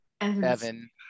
evan